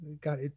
god